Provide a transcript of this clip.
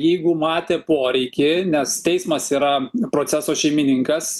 jeigu matė poreikį nes teismas yra proceso šeimininkas